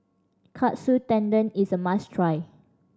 Katsu Tendon is a must try